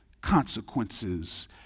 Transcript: consequences